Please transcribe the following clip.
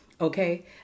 Okay